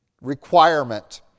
requirement